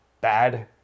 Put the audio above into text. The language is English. bad